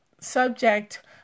subject